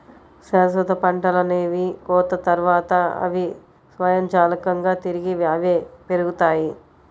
శాశ్వత పంటలనేవి కోత తర్వాత, అవి స్వయంచాలకంగా తిరిగి అవే పెరుగుతాయి